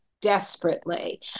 desperately